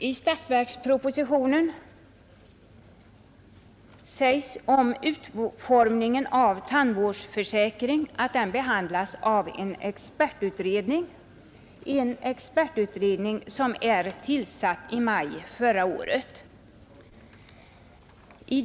I statsverkspropositionen sägs om utformningen av tandvårdsförsäkring att den frågan behandlas av en expertutredning, som tillsattes i maj förra året.